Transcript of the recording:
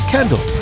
Kendall